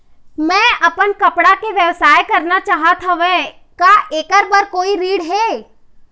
मैं अपन कपड़ा के व्यवसाय करना चाहत हावे का ऐकर बर कोई ऋण हे?